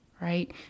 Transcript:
right